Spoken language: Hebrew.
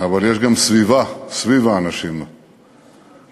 אבל יש גם סביבה סביב האנשים וסביבו,